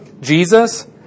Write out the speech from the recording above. Jesus